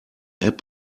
app